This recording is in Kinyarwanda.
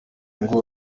ngo